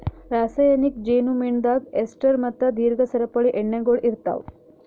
ರಾಸಾಯನಿಕ್ ಜೇನು ಮೇಣದಾಗ್ ಎಸ್ಟರ್ ಮತ್ತ ದೀರ್ಘ ಸರಪಳಿ ಎಣ್ಣೆಗೊಳ್ ಇರ್ತಾವ್